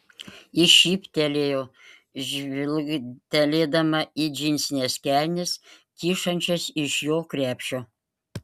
ji šyptelėjo žvilgtelėdama į džinsines kelnes kyšančias iš jo krepšio